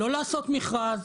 לא לעשות מכרז.